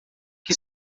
que